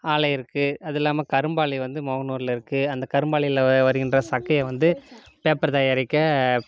ஆலை இருக்குது அதுவும் இல்லாமல் கரும்பாலை வந்து மோகனூரில் இருக்குது அந்த கரும்பாலையில் வருகின்ற சக்கையை வந்து பேப்பர் தயாரிக்க